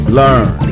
learn